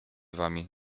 wami